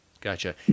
gotcha